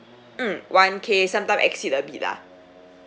mm one K sometime exceed a bit ah